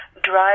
drive